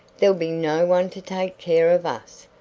there'll be no one to take care of us,